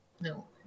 no